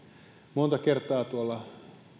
monta kertaa tuolla